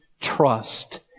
trust